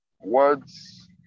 Words